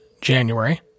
January